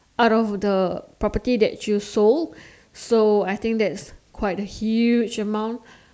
out of the property that you sold so I think that's quite a huge amount